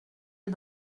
est